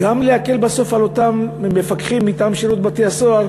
להקל בסוף על אותם מפקחים מטעם שירות בתי-הסוהר,